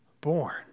born